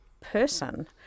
person